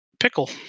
Pickle